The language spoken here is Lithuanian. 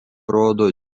rodo